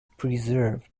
preserve